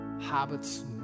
habits